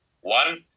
One